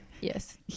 Yes